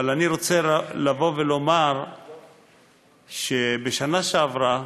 אבל אני רוצה לבוא ולומר שבשנה שעברה